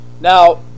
Now